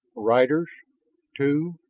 riders two.